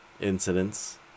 incidents